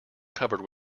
covered